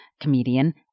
comedian